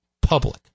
public